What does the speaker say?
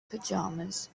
pajamas